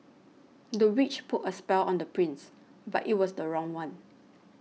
the witch put a spell on the prince but it was the wrong one